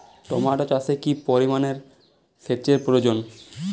Tomato চাষে কি পরিমান সেচের প্রয়োজন?